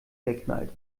verknallt